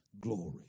glory